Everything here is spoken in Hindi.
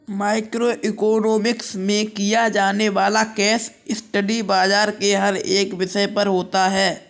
माइक्रो इकोनॉमिक्स में किया जाने वाला केस स्टडी बाजार के हर एक विषय पर होता है